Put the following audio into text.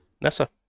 Nessa